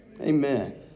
Amen